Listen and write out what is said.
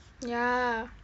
ya